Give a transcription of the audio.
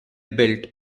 built